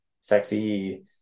sexy